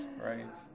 Right